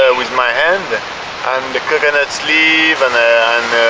ah with my hand and and the coconut sleeve and